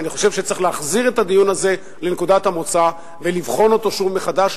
אני חושב שצריך להחזיר את הדיון הזה לנקודת המוצא ולבחון אותו מחדש,